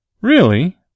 Really